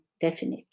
definite